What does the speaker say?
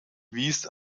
wies